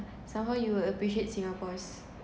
somehow you will appreciate singapore's